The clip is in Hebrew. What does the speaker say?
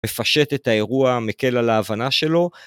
מפשט את האירוע, מקל על ההבנה שלו.